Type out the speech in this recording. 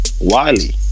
Wiley